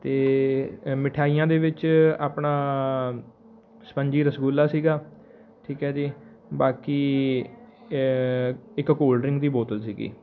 ਅਤੇ ਮਿਠਾਈਆਂ ਦੇ ਵਿੱਚ ਆਪਣਾ ਸਪੰਜੀ ਰਸਗੁੱਲਾ ਸੀਗਾ ਠੀਕ ਹੈ ਜੀ ਬਾਕੀ ਇੱਕ ਕੋਲਡ ਡਰਿੰਕ ਦੀ ਬੋਤਲ ਸੀਗੀ